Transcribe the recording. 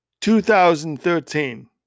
2013